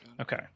Okay